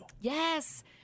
Yes